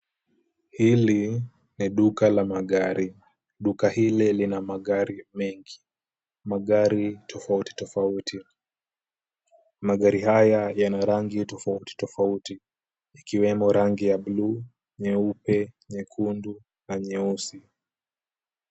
Hili ni duka la magari. Duka ile lina magari mengi, magari tofauti tofauti. Magari haya yana rangi tofauti tofauti ikiwemo rangi ya blue , nyeupe, nyekundu na nyeusi.